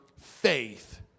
faith